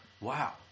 wow